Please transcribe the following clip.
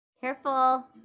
careful